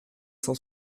cent